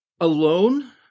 alone